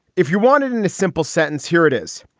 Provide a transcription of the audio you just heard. if you're wanted in a simple sentence, here it is.